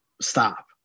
stop